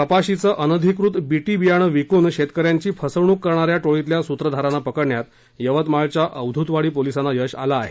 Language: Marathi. कपाशीचे अनधिकृत बीटी बियाणं विकून शेतकऱ्यांची फसवणूक करणाऱ्या टोळीतील सूत्रधारांना पकडण्यात यवतमाळच्या अवधूतवाडी पोलिसांना यश आलं आहे